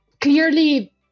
Clearly